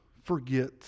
forget